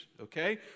okay